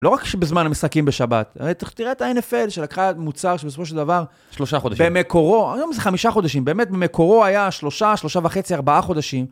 לא רק שבזמן המשחקים בשבת, תראה את ה-NFL שלקחה מוצר שבסופו של דבר, שלושה חודשים. במקורו, היום זה חמישה חודשים, באמת במקורו היה שלושה, שלושה וחצי, ארבעה חודשים.